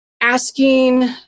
asking